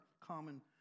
common